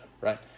right